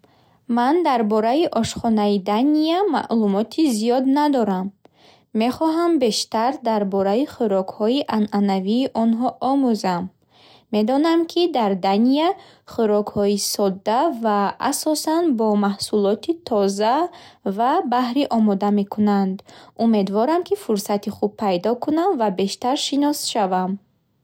Ман дар бораи ошхонаи Дания маълумоти зиёд надорам. Мехоҳам бештар дар бораи хӯрокҳои анъанавии онҳо омӯзам. Медонам, ки дар Дания хӯрокҳои содда ва асосан бо маҳсулоти тоза ва баҳрӣ омода мекунанд. Умедворам, ки фурсати хуб пайдо кунам ва бештар шинос шавам.